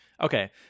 Okay